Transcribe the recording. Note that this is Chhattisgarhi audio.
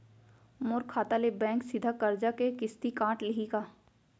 मोर खाता ले बैंक सीधा करजा के किस्ती काट लिही का?